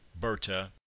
Berta